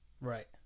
Right